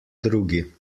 drugi